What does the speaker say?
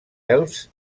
elfs